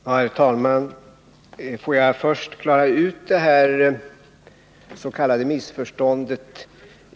Herr talman! Får jag först klara ut det här missförståndet.